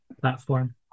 platform